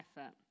effort